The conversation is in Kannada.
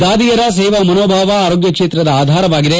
ದಾದಿಯರ ಸೇವಾ ಮನೋಭಾವ ಆರೋಗ್ಯ ಕ್ಷೇತ್ರದ ಆಧಾರವಾಗಿದೆ